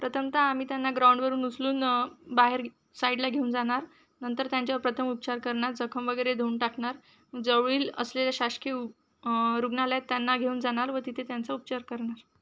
प्रथमतः आम्ही त्यांना ग्राउंडवरून उचलून बाहेर साईडला घेऊन जाणार नंतर त्यांच्यावर प्रथम उपचार करणार जखम वगैरे धुऊन टाकणार जवळील असलेले शासकीय रुग्णालयात त्यांना घेऊन जाणार व तिथे त्यांचा उपचार करणार